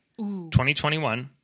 2021